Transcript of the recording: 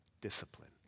discipline